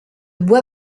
bois